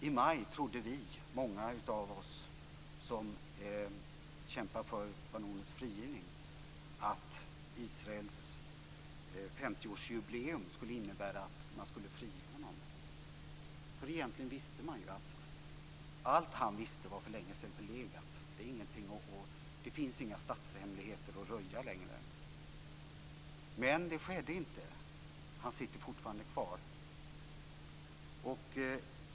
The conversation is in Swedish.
I maj trodde många av oss som kämpar för Vanunus frigivning att Israels femtioårsjubileum skulle innebära att man frigav honom. För egentligen stod det ju klart att allt han visste för länge sedan var förlegat. Det finns inga statshemligheter att röja längre. Så skedde dock inte. Han sitter fortfarande kvar.